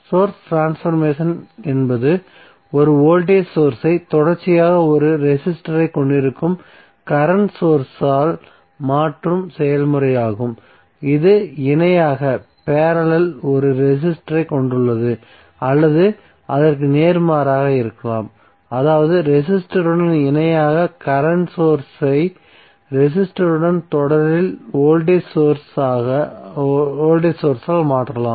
source transformation என்பது ஒரு voltage source ஐ தொடர்ச்சியாக ஒரு ரெசிஸ்டரை கொண்டிருக்கும் கரண்ட் சோர்ஸ் ஆல் மாற்றும் செயல்முறையாகும் இது இணையாக ஒரு ரெசிஸ்டரை கொண்டுள்ளது அல்லது அதற்கு நேர்மாறாக இருக்கலாம் அதாவது ரெசிஸ்டருடன் இணையாக கரண்ட் சோர்ஸ் ஐ ரெசிஸ்டருடன் தொடரில் வோல்டேஜ் சோர்ஸ் ஆல் மாற்றலாம்